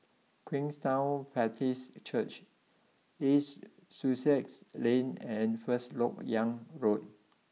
Queenstown Baptist Church East Sussex Lane and first Lok Yang Road